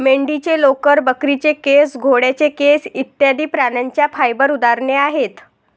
मेंढीचे लोकर, बकरीचे केस, घोड्याचे केस इत्यादि प्राण्यांच्या फाइबर उदाहरणे आहेत